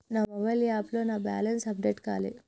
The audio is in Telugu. నా మొబైల్ యాప్లో నా బ్యాలెన్స్ అప్డేట్ కాలే